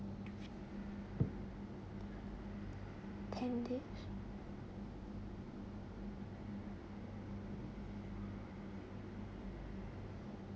ten dish